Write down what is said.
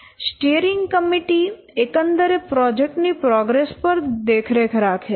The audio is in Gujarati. સ્ટીઅરિંગ કમિટી એકંદરે પ્રોજેક્ટ ની પ્રોગ્રેસ પર દેખરેખ રાખે છે